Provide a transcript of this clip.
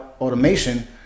Automation